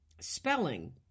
spelling